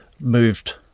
moved